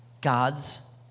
God's